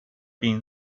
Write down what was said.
being